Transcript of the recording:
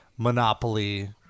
monopoly